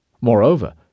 Moreover